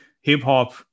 hip-hop